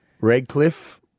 Redcliffe